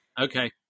okay